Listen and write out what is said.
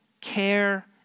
care